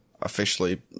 officially